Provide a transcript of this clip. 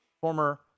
former